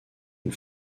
une